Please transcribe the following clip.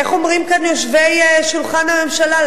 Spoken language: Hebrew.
איך אומרים כאן יושבי שולחן הממשלה?